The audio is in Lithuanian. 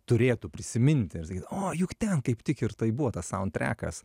turėtų prisiminti ir sakyt o juk ten kaip tik ir tai buvo tas saundtrekas